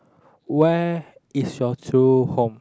where is your true home